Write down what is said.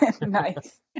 Nice